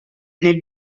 nel